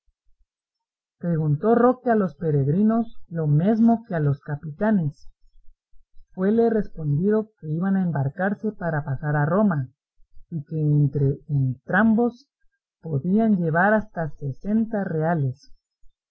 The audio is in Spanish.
preguntó roque a los peregrinos lo mesmo que a los capitanes fuele respondido que iban a embarcarse para pasar a roma y que entre entrambos podían llevar hasta sesenta reales